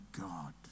God